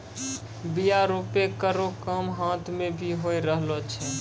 बीया रोपै केरो काम हाथ सें भी होय रहलो छै